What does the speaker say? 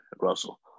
Russell